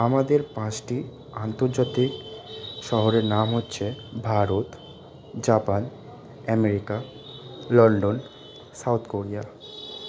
আমাদের পাঁচটি আন্তর্জাতিক শহরের নাম হচ্ছে Bharat Japan America London South Korea